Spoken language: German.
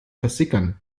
versickern